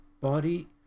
body